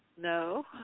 No